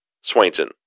Swainson